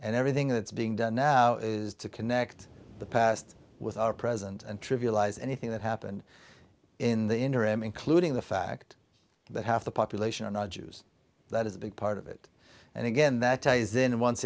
and everything that's being done now is to connect the past with our present and trivialize anything that happened in the interim including the fact that half the population are not jews that is a big part of it and again that ties in once